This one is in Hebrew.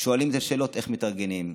שואלים שאלות איך מתארגנים,